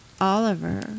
Oliver